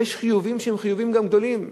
ויש חיובים שהם חיובים גדולים,